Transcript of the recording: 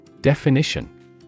Definition